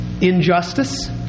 Injustice